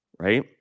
Right